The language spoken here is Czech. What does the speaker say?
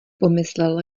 pomyslel